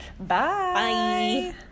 bye